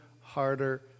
harder